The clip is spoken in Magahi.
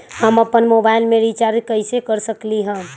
हम अपन मोबाइल में रिचार्ज कैसे कर सकली ह?